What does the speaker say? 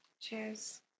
Cheers